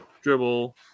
dribble